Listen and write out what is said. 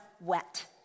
wet